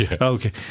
Okay